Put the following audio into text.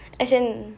as in